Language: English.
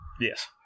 Yes